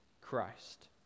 Christ